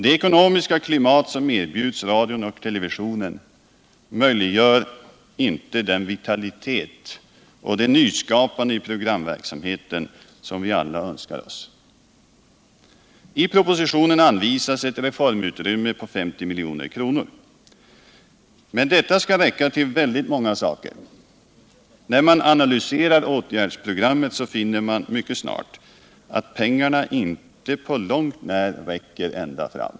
Det ekonomiska klimat som erbjuds radion och televisionen möjliggör nämligen inte den vitalitet och det nyskapande i programverksamheten som vi alla önskar oss. I propositionen anvisas ett reformutrymme på 50 milj.kr. Men detta skall räcka till väldigt många saker. När man analyserar åtgärdsprogrammet, finner man mycket snart att pengarna inte på långt när räcker ända fram.